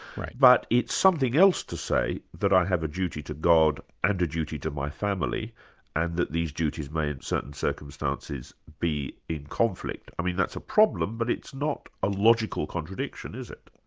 but it's something else to say that i have a duty to god and a duty to my family and that these duties may in certain circumstances be in conflict. i mean that's a problem, but it's not a logical contradiction, is it?